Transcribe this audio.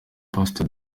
pastor